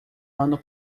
ano